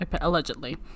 Allegedly